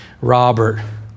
Robert